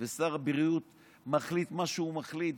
ושר הבריאות מחליט מה שהוא מחליט,